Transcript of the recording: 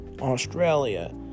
Australia